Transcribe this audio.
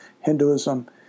Hinduism